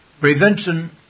Prevention